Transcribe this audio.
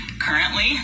Currently